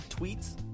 tweets